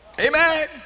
amen